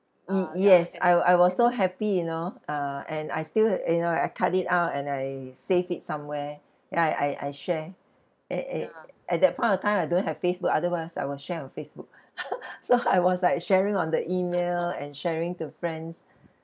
y~ yes I I was so happy you know uh and I still you know I cut it out and I saved it somewhere ya I I share a~ a~ at that point of time I don't have Facebook otherwise I will share on Facebook so I was like sharing on the email and sharing to friends